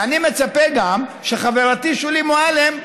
ואני מצפה גם שחברתי שולי מועלם,